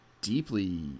deeply